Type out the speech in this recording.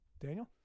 Daniel